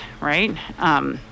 right